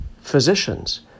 physicians